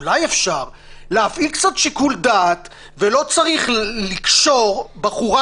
אולי אפשר להפעיל קצת שיקול דעת ולא צריך לקשור בחורה,